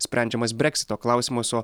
sprendžiamas breksito klausimas o